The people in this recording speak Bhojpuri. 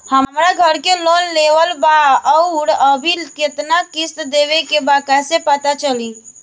हमरा घर के लोन लेवल बा आउर अभी केतना किश्त देवे के बा कैसे पता चली?